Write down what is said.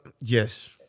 yes